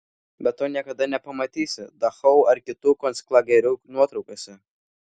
bet to niekada nepamatysi dachau ar kitų konclagerių nuotraukose